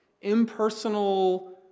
impersonal